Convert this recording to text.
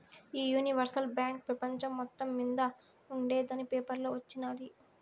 ఈ universal bank పెపంచం మొత్తం మింద ఉండేందని పేపర్లో వచిన్నాది